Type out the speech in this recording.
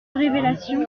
révélation